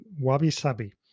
wabi-sabi